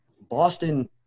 Boston